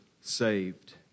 saved